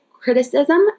criticism